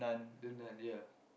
the Nun ya